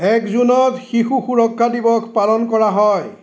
এক জুনত শিশু সুৰক্ষা দিৱস পালন কৰা হয়